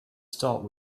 start